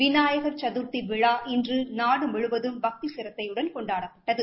விநாயக் சதர்த்தி விழா இன்று நாடு முழுவதும் பக்தி சீரத்தையுடன் கொண்டாடப்பட்டது